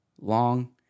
long